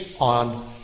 on